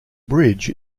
bridge